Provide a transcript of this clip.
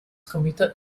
committed